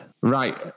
Right